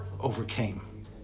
overcame